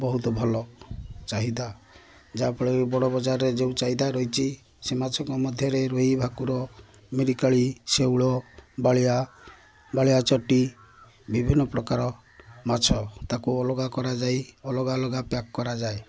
ବହୁତ ଭଲ ଚାହିଦା ଯାହାଫଳରେ ବଡ଼ ବଜାରରେ ଯେଉଁ ଚାହିଦା ରହିଛି ସେ ମାଛଙ୍କ ମଧ୍ୟରେ ରୋହି ଭାକୁର ମିରିକାଳି ଶେଉଳ ବାଳିଆ ବାଳିଆ ଚଟି ବିଭିନ୍ନ ପ୍ରକାର ମାଛ ତାକୁ ଅଲଗା କରାଯାଇ ଅଲଗା ଅଲଗା ପ୍ୟାକ୍ କରାଯାଏ